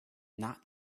not